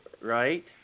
Right